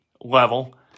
level